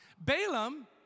Balaam